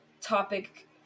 topic